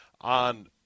on